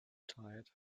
tired